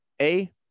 A-